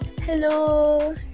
Hello